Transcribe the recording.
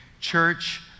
church